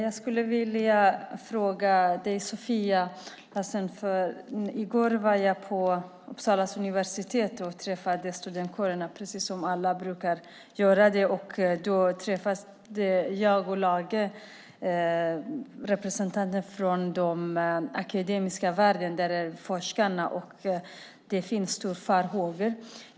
Herr talman! I går var jag på Uppsala universitet och träffade studentkåren, som alla brukar göra. Då träffade jag och Lage Rahm forskare, representanter från den akademiska världen, som hyste vissa farhågor.